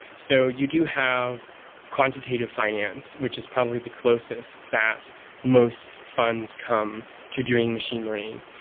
so you do have quantitative finance, which is probably the closest that most funds come to doing machine learning.